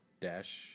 dash